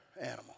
animal